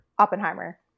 Oppenheimer